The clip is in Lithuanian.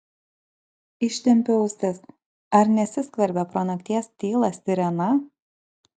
ištempiu ausis ar nesiskverbia pro nakties tylą sirena